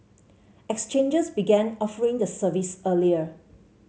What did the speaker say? exchanges began offering the service earlier